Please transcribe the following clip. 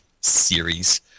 series